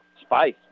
Spice